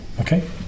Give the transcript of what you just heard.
Okay